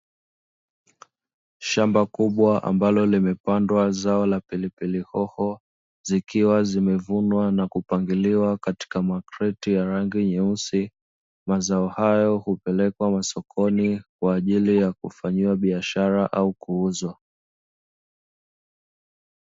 Shamba kubwa ambalo limepandwa zao la pilipili hoho, zikiwa zimevunwa na kupangiliwa katika makreti ya rangi nyeusi, mazao hayo hupelekwa masokoni kwa ajili ya kufanyiwa biashara au kuuzwa.